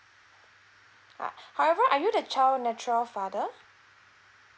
ah however are you the child natural father